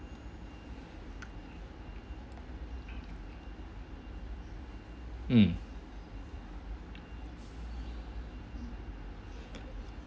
mm